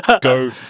go